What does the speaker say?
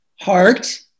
heart